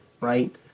right